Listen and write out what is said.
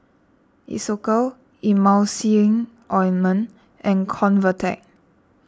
Isocal Emulsying Ointment and Convatec